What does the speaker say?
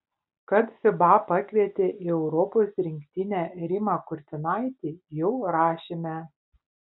kad fiba pakvietė į europos rinktinę rimą kurtinaitį jau rašėme